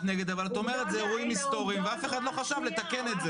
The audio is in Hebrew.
נגד אבל את אומרת זה אירועים הסטוריים ואף אחד לא חשב לתקן את זה